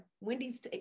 Wendy's